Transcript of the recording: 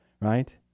right